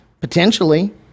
potentially